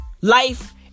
Life